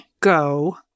go